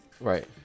Right